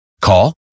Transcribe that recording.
Call